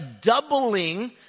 doubling